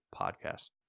podcast